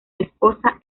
esposa